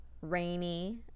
rainy